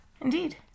Indeed